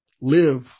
live